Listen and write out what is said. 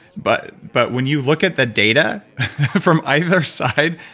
but but when you look at the data from either side,